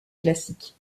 classique